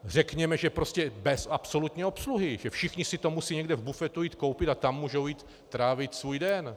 Řekněme, že prostě bez absolutní obsluhy, že všichni si to musí někde v bufetu jít koupit a tam můžou jít trávit svůj den.